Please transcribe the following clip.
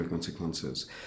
consequences